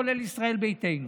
כולל ישראל ביתנו.